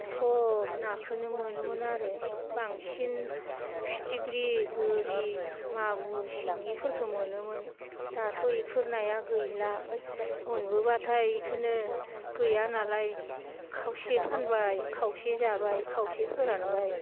सब नाखोनो मोनोमोन आरो बांसिन फिथिख्रि गोरि मागुर सिंगिफोरखो मोनोमोन दाथ' इफोर नाया गैला मोनबोब्लाथाय इखोनो गैयानालाय खावसे फानबाय खावसे जाबाय खावसे फोरानबाय